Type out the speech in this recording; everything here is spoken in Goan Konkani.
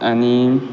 आनी